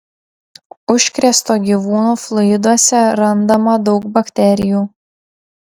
užkrėsto gyvūno fluiduose randama daug bakterijų